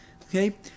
Okay